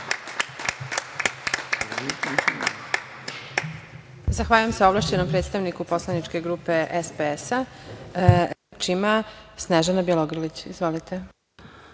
Zahvaljujem se ovlašćenom predstavniku poslaničke grupe SPS-a. Reč ima Snežana Bjelogrlić. Izvolite.